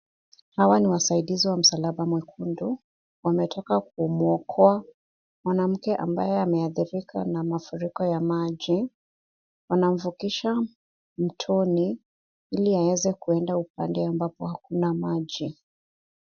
Hawa ni wasaidizi wa msalaba mwekundu, wametoka kumuokoa mwanamke ambaye ameadhirika na mafuriko ya maji, wanamvukisha mtoni ili aweze kuenda upande ambapo hakuna maji.